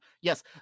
Yes